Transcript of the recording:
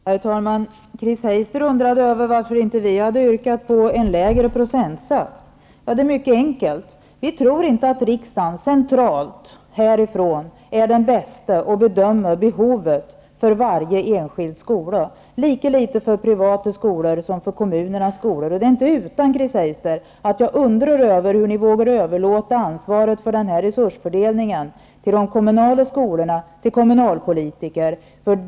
Herr talman! Chris Heister undrade varför inte vi hade yrkat på en lägre procentsats. Det är mycket enkelt. Vi tror inte att riksdagen, centralt, härifrån, är den bästa att bedöma behovet för varje enskild skola -- lika litet för privata skolor som för kommunernas skolor. Det är inte utan, Chris Heister, att jag undrar över hur ni vågar överlåta ansvaret för den här resursfördelningen till de kommunala skolorna till kommunalpolitiker.